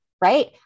Right